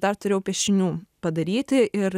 dar turėjau piešinių padaryti ir